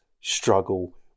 struggle